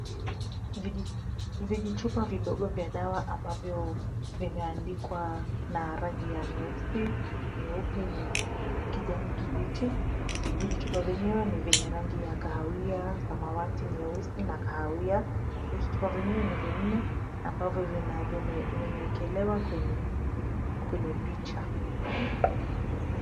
Vijichupa vidogo vya dawa ambavyo vimeandikwa na rangi ya nyeusi, nyeupe, kijani kibichi. Vijichupa vyenyewe ni vyenye rangi ya kahawia, samawati, nyeusi na kahawia. Vijichupa vyenyewe ni vinne ambavyo vimeekelewa kwenye picha.